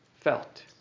felt